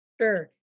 Sure